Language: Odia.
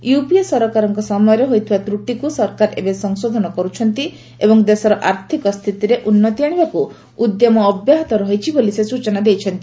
ୟୁପିଏ ସରକାରଙ୍କ ସମୟରେ ହୋଇଥିବା ତ୍ରଟିକୁ ସରକାର ଏବେ ସଂଶୋଧନ କରୁଛନ୍ତି ଏବଂ ଦେଶର ଆର୍ଥିକ ସ୍ଥିତିରେ ଉନ୍ନତି ଆଶିବାକୁ ଉଦ୍ୟମ ଅବ୍ୟାହତ ରହିଛି ବୋଲି ସେ ସ୍ଚଚନା ଦେଇଛନ୍ତି